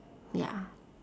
ya